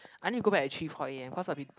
I need to go back at three four a_m cause I've been